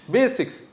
Basics